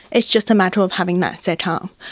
it's just a matter of having that set um